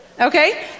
Okay